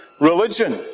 religion